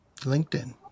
LinkedIn